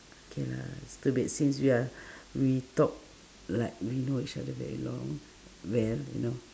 okay lah a little bit since we are we talk like we know each other very long well you know